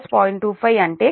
25 అంటే K1 cos 0